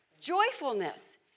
joyfulness